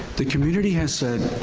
the community has said,